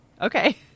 Okay